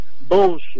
Bullshit